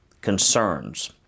concerns